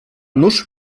nuż